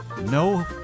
no